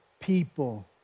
people